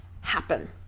happen